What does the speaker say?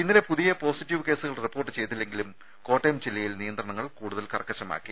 ഇന്നലെ പുതിയ പോസിറ്റീവ് കേസുകൾ റിപ്പോർട്ട് ചെയ്തില്ലെങ്കിലും കോട്ടയം ജില്ലയിൽ നിയന്ത്രണങ്ങൾ കൂടുതൽ കർക്കശമാക്കി